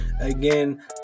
Again